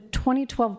2012